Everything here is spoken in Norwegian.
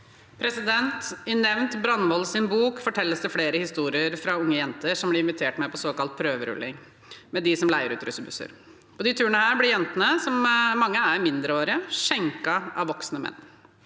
I nevnte Brandvols bok fortelles det flere historier fra unge jenter som blir invitert med på såkalt prøverulling med dem som leier ut russebusser. På de turene blir jentene, mange av dem mindreårige, skjenket av voksne menn.